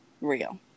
real